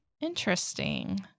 Interesting